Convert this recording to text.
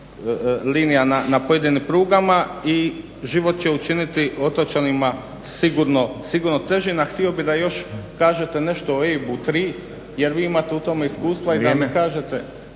linija na pojedinim prugama i život će učiniti otočanima sigurno težim, a htio bi da još kažete nešto o EIB-u 3 jer vi imate u tome iskustva i da mi kažete,